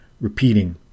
repeating